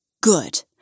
Good